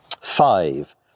Five